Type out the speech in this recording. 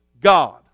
God